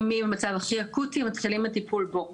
מי במצב הכי אקוטי ומתחילים את הטיפול בו,